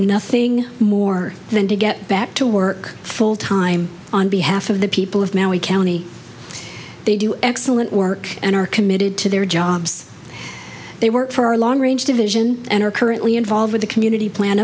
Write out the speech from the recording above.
nothing more than to get back to work full time on behalf of the people of maine we count they do excellent work and are committed to their jobs they work for our long range division and are currently involved with the community plan